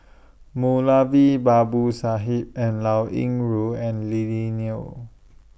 Moulavi Babu Sahib and Liao Yingru and Lily Neo